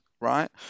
right